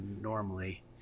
normally